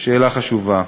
שאלה חשובה.